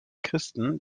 christen